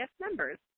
members